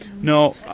no